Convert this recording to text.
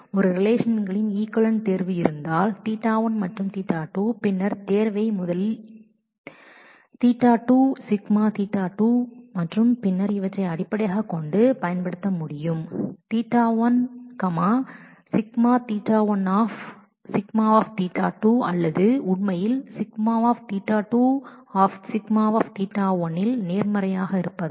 எனவே ஒரு ரிலேஷன் உடைய கஞ்சன்ட்டிவ் செலக்சன் இரண்டு நிபந்தனைகள் ஆன Ɵ1 மற்றும் Ɵ2 அடிப்படையில் பின்னர் செலக்சனை முதலில் Ɵ2 σƟ2 மற்றும் பின்னர் Ɵ1 σƟ1 σƟ2 அல்லது உண்மையில் σƟ2 σƟ1 இல் நேர்மாறாக செய்ய முடியும்